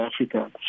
Africa